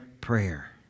prayer